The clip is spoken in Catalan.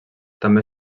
també